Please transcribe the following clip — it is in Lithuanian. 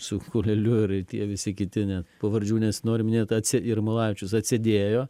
su kuoleliu ir tie visi kiti net pavardžių nesinori minėt atsė jarmalavičius atsėdėjo